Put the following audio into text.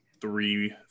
three